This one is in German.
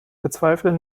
bezweifle